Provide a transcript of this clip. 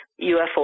UFO